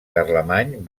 carlemany